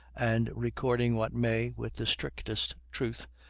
and recording what may, with the strictest truth,